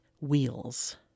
Wheels